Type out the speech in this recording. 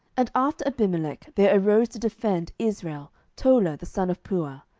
and after abimelech there arose to defend israel tola the son of puah,